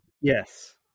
Yes